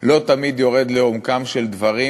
לא תמיד יורד לעומקם של דברים,